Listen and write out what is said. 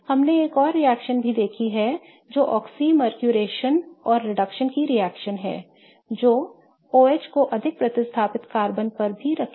हमने एक और रिएक्शन भी देखी है जो oxymercuration और reduction की रिएक्शन है जो OH को अधिक प्रतिस्थापित कार्बन पर भी रखेगी